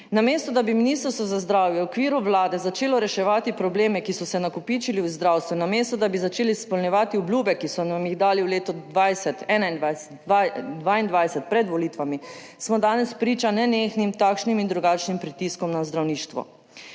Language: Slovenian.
Namesto, da bi Ministrstvo za zdravje v okviru Vlade začelo reševati probleme, ki so se nakopičili v zdravstvu, namesto, da bi začeli izpolnjevati obljube, ki so nam jih dali v letu 2020, 2021, 2022 pred volitvami, smo danes priča nenehnim takšnim in drugačnim pritiskom na zdravništvo.